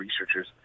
researchers